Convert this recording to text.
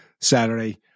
Saturday